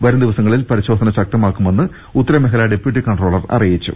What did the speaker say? വരും ദിവസങ്ങളിൽ പരിശോധന ശക്തമാക്കുമെന്ന് ഉത്തരമേഖലാ ഡെപ്യൂട്ടി കൺട്രോളർ അറിയിച്ചു